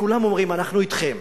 וכולם אומרים: אנחנו אתכם,